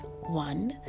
One